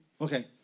Okay